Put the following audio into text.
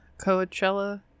Coachella